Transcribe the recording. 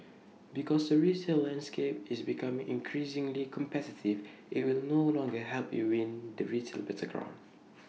because the retail landscape is becoming increasingly competitive IT will no longer help you win the retail battleground